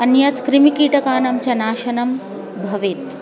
अन्यत् कृमिकीटकानां च नाशनं भवेत्